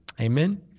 Amen